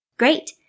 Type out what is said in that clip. Great